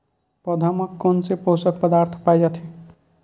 पौधा मा कोन से पोषक पदार्थ पाए जाथे?